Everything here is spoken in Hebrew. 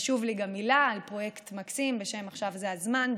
חשוב לי גם מילה על פרויקט מקסים בשם "עכשיו זה הזמן",